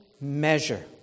measure